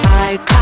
eyes